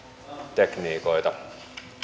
tekniikoita